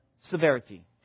severity